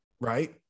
right